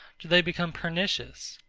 do they become pernicious?